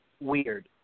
weird